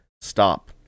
stop